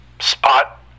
spot